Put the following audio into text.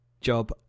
Job